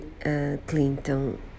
Clinton